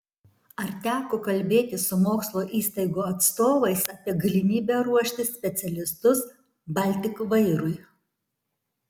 ar teko kalbėtis su mokslo įstaigų atstovais apie galimybę ruošti specialistus baltik vairui